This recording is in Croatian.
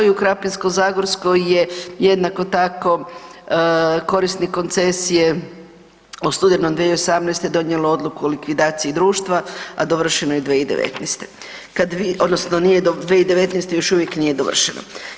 I u Krapinsko-zagorskoj je jednako tako korisnik koncesije u studenom 2018. donijelo odluku o likvidaciji društva, a dovršeno je 2019., odnosno nije, 2019. još uvijek nije dovršeno.